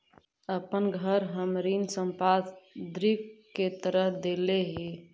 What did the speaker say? अपन घर हम ऋण संपार्श्विक के तरह देले ही